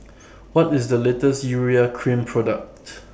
What IS The latest Urea Cream Product